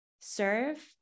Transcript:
serve